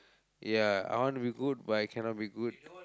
ya I want to be good but I cannot be good